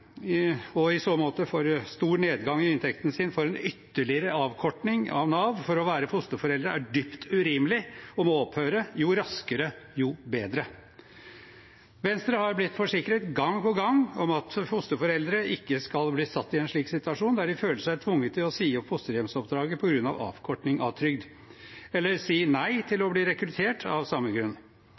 og i så måte får stor nedgang i inntekten sin, får en ytterligere avkortning av Nav for å være fosterforeldre, er dypt urimelig og må opphøre – jo raskere, jo bedre. Venstre har blitt forsikret gang på gang om at fosterforeldre ikke skal bli satt i en slik situasjon der de føler seg tvunget til å si opp fosterhjemsoppdraget på grunn av avkortning av trygd, eller si nei til å bli rekruttert av samme grunn.